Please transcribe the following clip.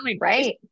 Right